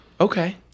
Okay